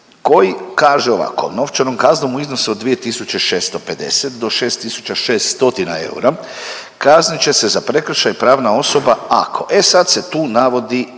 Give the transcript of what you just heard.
koji kaže ovako. Novčanom kaznom u iznosu od 2.650 do 6.600 eura, kaznit će se za prekršaj pravna osoba ako. E sad se tu navodi